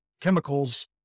chemicals